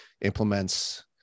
implements